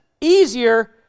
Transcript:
easier